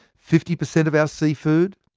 fifty per cent of our seafood,